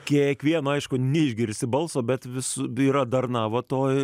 kiekvieno aišku neišgirsi balso bet vis yra darna va toj